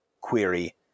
query